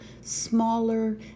smaller